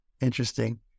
interesting